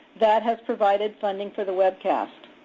that has provided funding for the webcast.